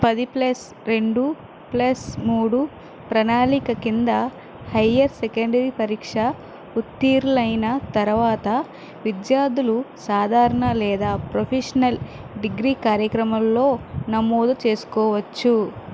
పది ప్లస్ రెండు ప్లస్ మూడు ప్రణాళిక క్రింద హయ్యర్ సెకండరీ పరీక్ష ఉత్తీర్ణులైన తరువాత విద్యార్థులు సాధారణ లేదా ప్రొఫెషనల్ డిగ్రీ కార్యక్రమాలలో నమోదు చేసుకోవచ్చు